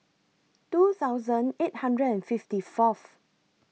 two thousand eight hundred and fifty Fourth